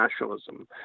nationalism